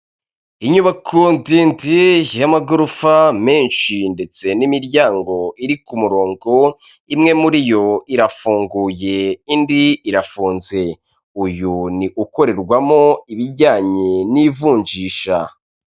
Inyubako ndende y'amagorofa menshi ndetse n'imiryango iri ku murongo imwe muri yo irafunguye indi irafunze uyu ni ukorerwamo ibijyanye n'ivunjisha.